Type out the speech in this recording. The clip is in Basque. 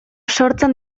sortzen